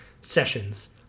sessions